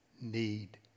need